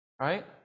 Right